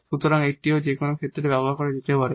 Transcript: সুতরাং এটি যে কোনও ক্ষেত্রে ব্যবহার করা যেতে পারে